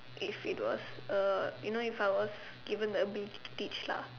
if it was uh you know if I was given the ability to teach lah